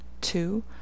two